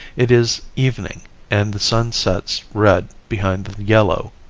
it is evening and the sun sets red behind the yellow,